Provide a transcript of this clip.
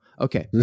Okay